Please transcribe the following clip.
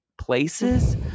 places